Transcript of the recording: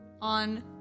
on